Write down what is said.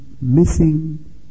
missing